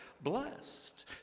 blessed